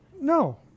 No